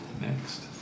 next